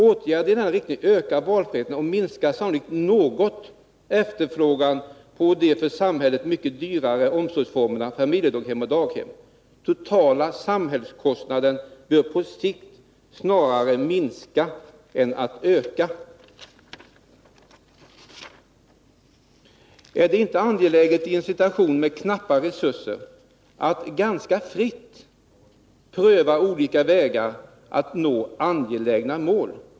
Åtgärder i denna riktning ökar valfriheten och minskar sannolikt något efterfrågan på de för samhället mycket dyrare omsorgsformerna familjedaghem och daghem. Den totala samhällskostnaden torde på sikt snarare minska än öka. Är det inte angeläget att i en situation med knappa resurser ganska fritt pröva olika vägar att nå angelägna mål?